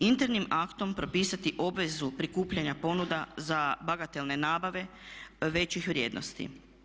Internim aktom propisati obvezu prikupljanja ponuda za bagatelne nabave većih vrijednosti.